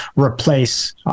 replace